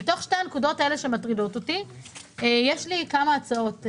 מתוך שתי הנקודות האלה שמטרידות אותי יש לי כמה הצעות,